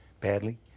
badly